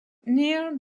near